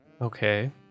Okay